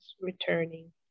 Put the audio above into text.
returning